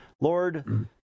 Lord